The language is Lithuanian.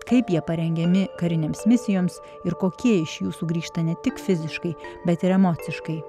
kaip jie parengiami karinėms misijoms ir kokie iš jų sugrįžta ne tik fiziškai bet ir emociškai